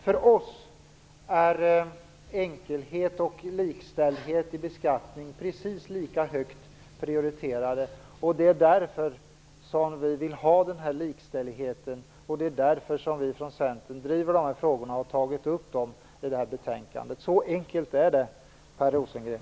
För oss är enkelhet och likställdhet i beskattningen precis lika högt prioriterade. Det är därför som vi vill ha den här likställdheten, och det därför som vi i Centern driver dessa frågor och har tagit upp dem i det här betänkandet. Så enkelt är det, Per Rosengren.